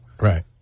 Right